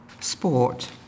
Sport